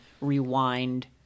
rewind